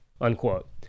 unquote